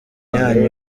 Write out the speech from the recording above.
yanyu